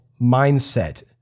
mindset